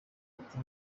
ati